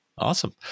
Awesome